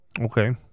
Okay